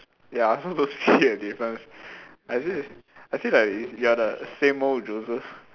ya I also don't see a difference I say I say like you are the same old Joseph